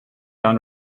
down